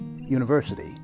University